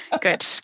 Good